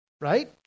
right